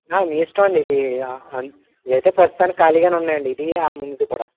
మీ ఇష్టం అండి ఇది అం ఇదైతే ప్రస్తుతానికి ఖాళీగా ఉన్నాయండి ఇది ఆ ముందుది కూడా